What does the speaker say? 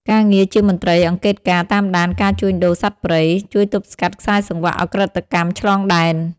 ការងារជាមន្ត្រីអង្កេតការណ៍តាមដានការជួញដូរសត្វព្រៃ ជួយទប់ស្កាត់ខ្សែសង្វាក់ឧក្រិដ្ឋកម្មឆ្លងដែន។